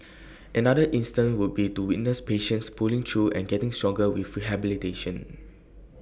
another instance would be to witness patients pulling through and getting stronger with rehabilitation